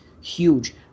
huge